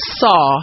saw